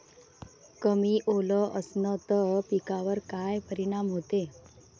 कमी ओल असनं त पिकावर काय परिनाम होते?